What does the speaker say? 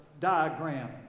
diagram